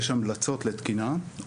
יש המלצות לתקינה,